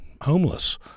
homeless